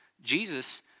Jesus